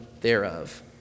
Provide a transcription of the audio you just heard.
thereof